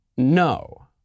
No